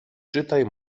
czytaj